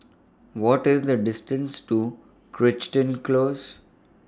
What IS The distance to Crichton Close